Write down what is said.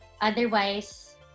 Otherwise